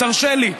תרשה לי.